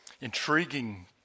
intriguing